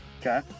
okay